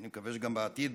ואני מקווה שגם בעתיד,